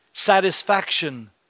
Satisfaction